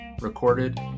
recorded